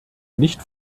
nicht